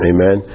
Amen